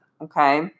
Okay